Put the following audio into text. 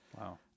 Wow